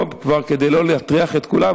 כדי לא להטריח את כולם,